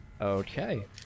Okay